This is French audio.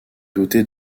dotée